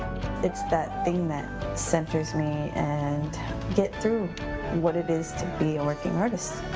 it's that thing that centers me and gets through what it is to be working artist.